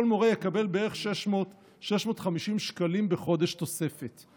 כל מורה יקבל בערך 650 שקלים תוספת בחודש.